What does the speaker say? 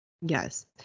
Yes